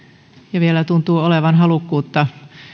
ja vielä tuntuu olevan halukkuutta